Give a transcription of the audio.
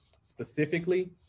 specifically